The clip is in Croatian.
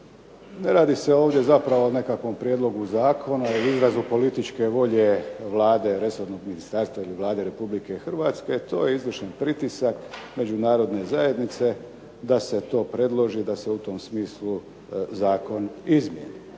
ne radi se ovdje zapravo o nekakvom prijedlogu zakona ili izrazu političke volje Vlade, resornog ministarstva ili Vlade Republike Hrvatske, to je izvršen pritisak međunarodne zajednice da se to predloži, da se u tom smislu zakon izmijeni.